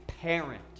parent